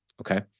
Okay